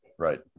Right